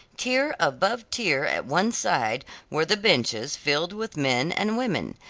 tier above tier at one side were the benches filled with men and women,